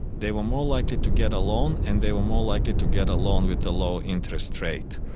they were more likely to get a loan and they were more likely to get a loan with a lower interest rate.